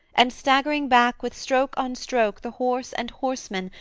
and, staggering back with stroke on stroke the horse and horseman,